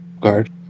guard